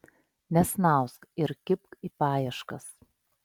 nesnausk ir kibk į paieškas